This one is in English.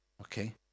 Okay